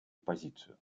позицию